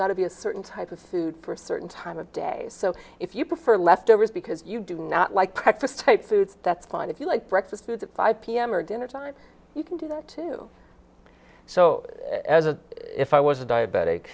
got to be a certain type of food for certain time of day so if you prefer leftovers because you do not like practice type food that's fine if you like breakfast foods at five pm or dinnertime you can do that too so as a if i was a diabetic